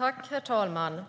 Herr talman!